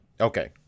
Okay